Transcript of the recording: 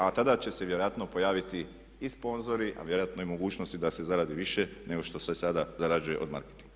A tada će se vjerojatno pojaviti i sponzori a vjerojatno i mogućnosti da se zaradi više nego što se sada zarađuje od marketinga.